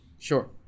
Sure